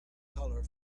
colour